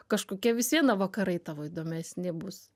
kažkokie vis viena vakarai tavo įdomesni bus